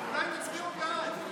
אדום, אולי תצביעו בעד.